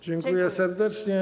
Dziękuję serdecznie.